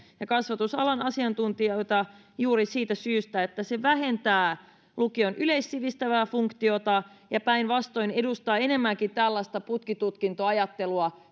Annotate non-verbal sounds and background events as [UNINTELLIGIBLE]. ja kasvatusalan asiantuntijat ovat kritisoineet juuri siitä syystä että se vähentää lukion yleissivistävää funktiota ja päinvastoin edustaa enemmänkin tällaista putkitutkintoajattelua [UNINTELLIGIBLE]